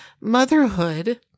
motherhood